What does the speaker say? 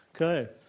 Okay